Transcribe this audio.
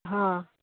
ହଁ